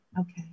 Okay